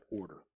order